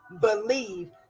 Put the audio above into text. believe